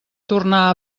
tornar